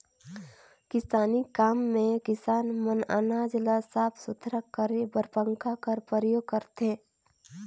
किसानी काम मे किसान मन अनाज ल साफ सुथरा करे बर पंखा कर परियोग करथे